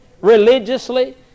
religiously